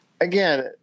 again